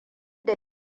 da